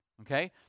Okay